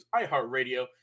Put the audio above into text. iHeartRadio